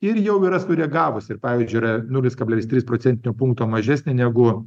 ir jau yra sureagavusi ir pavyzdžiui yra nulis kablelis trys procentinio punkto mažesnė negu